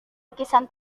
lukisan